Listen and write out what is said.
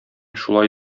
шулай